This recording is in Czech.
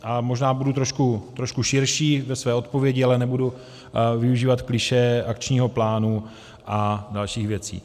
A možná budu trošku širší ve své odpovědi, ale nebudu využívat klišé akčního plánu a dalších věcí.